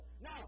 Now